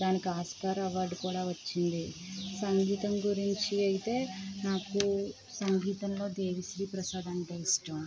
దానికి Oscar award కూడా వచ్చింది సంగీతం గురించి అయితే నాకు సంగీతంలో దేవిశ్రీప్రసాద్ అంటే ఇష్టం